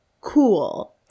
cool